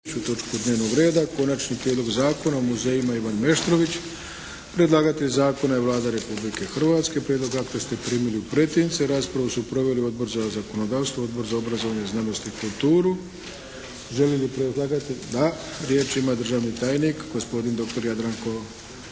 točku dnevnoga reda - Konačni prijedlog Zakona o muzejima Ivana Meštrovića, drugo čitanje P.Z. br. 629 Predlagatelj zakona je Vlada Republike Hrvatske. Prijedlog akta ste primili u pretince. Raspravu su proveli Odbor za zakonodavstvo, Odbor za obrazovanje, znanost i kulturu. Želi li predlagatelj? Da. Riječ ima državni tajnik gospodin doktor Jadranko